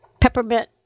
peppermint